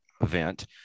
event